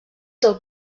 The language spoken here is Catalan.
del